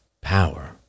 power